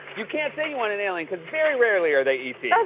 you can't say you want an alien, cause very rarely are they e t.